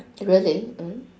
really mm